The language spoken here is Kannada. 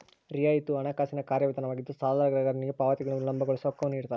ರಿಯಾಯಿತಿಯು ಹಣಕಾಸಿನ ಕಾರ್ಯವಿಧಾನವಾಗಿದ್ದು ಸಾಲಗಾರನಿಗೆ ಪಾವತಿಗಳನ್ನು ವಿಳಂಬಗೊಳಿಸೋ ಹಕ್ಕು ನಿಡ್ತಾರ